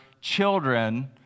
children